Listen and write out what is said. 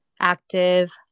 active